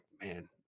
Man